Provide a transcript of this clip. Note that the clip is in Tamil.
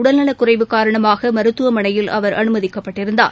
உடல் நலக்குறைவு காரணமாக மருத்துவமனையில் அவர் அனுமதிக்கப்பட்டிருந்தார்